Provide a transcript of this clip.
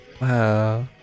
wow